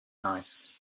nice